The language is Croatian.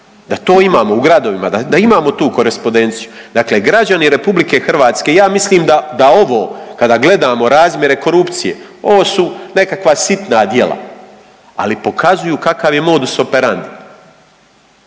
ta to imamo u gradovima, da imamo tu korespondenciju. Dakle, građani RH ja mislim da ovo kada gledamo razmjere korupcije ovo su nekakva sitna djela, ali pokazuju kakav je modus operandi.